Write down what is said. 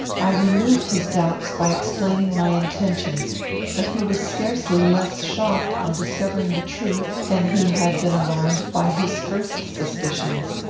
i removed his doubts by explaining my intentions but he was scarcely less shocked, on discovering the truth, than he had been alarmed by his first suspicions.